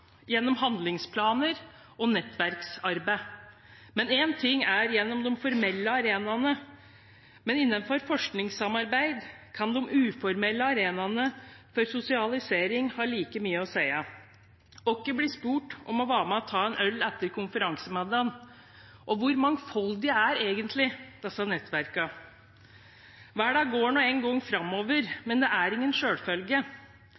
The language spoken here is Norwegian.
gjennom handlingsplaner og nettverksarbeid, men én ting er gjennom de formelle arenaene; innenfor forskningssamarbeid kan de uformelle arenaene for sosialisering ha like mye å si. Hvem blir spurt om å være med og ta en øl etter konferansemiddagen, og hvor mangfoldig er egentlig disse nettverkene? Verden går nå